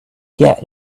get